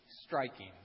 striking